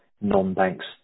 non-banks